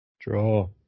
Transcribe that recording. Draw